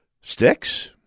sticks